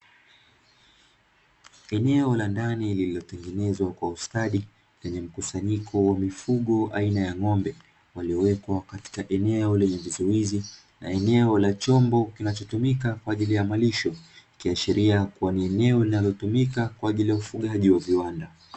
Eneo la ndani lililotengenezwa kwa ustadi lenye mkusanyiko wa mifugo aina ya ng'ombe, waliowekwa katika eneo lenye vizuizi, eneo la chombo kinachotumika kwa ajili ya malisho, ikiashiria kuwa ni eneo linalotumika kwa ajili ya ufugaji wa viwanda.